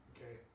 Okay